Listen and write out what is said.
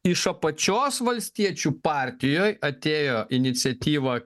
iš apačios valstiečių partijoj atėjo iniciatyva